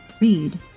Read